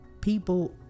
people